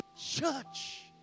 church